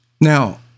Now